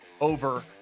over